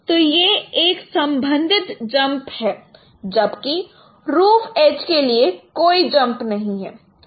तो यह एक संबंधित जंप है जबकि रूफ़ एज के लिए कोई जंप नहीं है